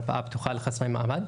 המרפאה הפתוחה לחסרי מעמד.